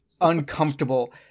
uncomfortable